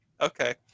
okay